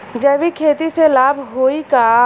जैविक खेती से लाभ होई का?